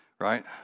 Right